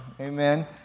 amen